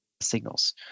signals